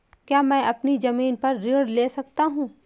क्या मैं अपनी ज़मीन पर ऋण ले सकता हूँ?